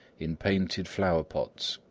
in painted flower-pots.